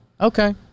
Okay